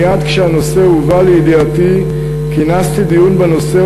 מייד כשהנושא הובא לידיעתי כינסתי דיון בנושא,